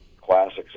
classics